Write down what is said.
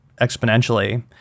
exponentially